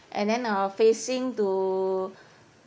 and then uh facing to